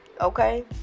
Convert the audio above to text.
Okay